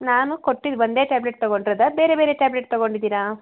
ನಾನು ಕೊಟ್ಟಿದ್ದು ಒಂದೇ ಟ್ಯಾಬ್ಲೆಟ್ ತೊಗೊಂಡಿರದ ಬೇರೆ ಬೇರೆ ಟ್ಯಾಬ್ಲೆಟ್ ತೊಗೊಂಡಿದಿರಾ